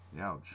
Ouch